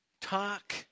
Talk